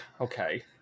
okay